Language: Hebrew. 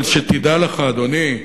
אבל שתדע לך, אדוני,